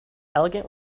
elegant